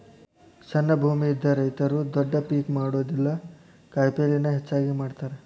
ಸಣ್ಣ ಭೂಮಿ ಇದ್ದ ರೈತರು ದೊಡ್ಡ ಪೇಕ್ ಮಾಡುದಿಲ್ಲಾ ಕಾಯಪಲ್ಲೇನ ಹೆಚ್ಚಾಗಿ ಮಾಡತಾರ